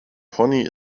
pony